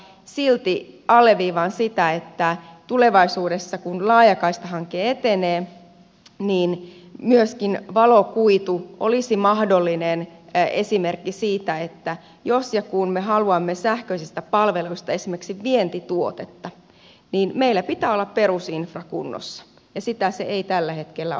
silti alleviivaan sitä että tulevaisuudessa kun laajakaistahanke etenee myöskin valokuitu olisi mahdollinen esimerkki siitä että jos ja kun me haluamme sähköisistä palveluista esimerkiksi vientituotetta niin meillä pitää olla perusinfra kunnossa ja sitä se ei tällä hetkellä ole